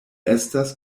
estas